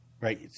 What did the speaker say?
right